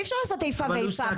אי אפשר לעשות איפה ואיפה,